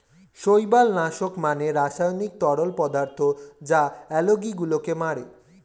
শৈবাল নাশক মানে রাসায়নিক তরল পদার্থ যা আলগী গুলোকে মারে